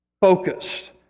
focused